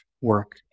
work